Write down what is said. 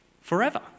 Forever